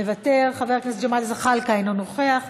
מוותר, חבר הכנסת ג'מאל זחאלקה, אינו נוכח,